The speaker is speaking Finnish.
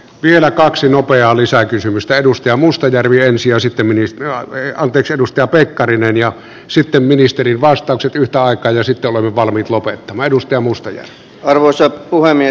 vielä kaksi nopeaa lisää kysymystä edusti mustajärvi ensi ja sittemmin alue anteeksi edustaja pekkarinen ja sitten ministeri vastaukset yhtä aikaa ja sitä olemme valmiit lopettamaan ruskeanmusta jos arvoisa puhemies